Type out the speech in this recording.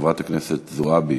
חברת הכנסת זועבי,